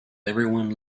everyone